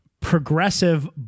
progressive